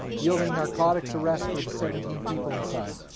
yielding narcotics arrests for the seventeen people inside.